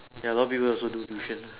ya a lot of people also do tuition